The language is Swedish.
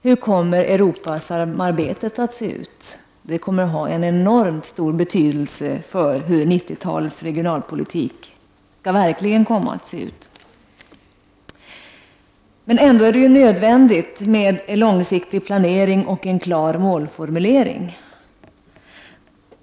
Hur kommer Europasamarbetet att se ut? Det kommer att ha en enormt stor betydelse för hur 90-talets regionalpolitik skall komma att se ut. Ändå är det nödvändigt med en långsiktig planering och klar målformulering.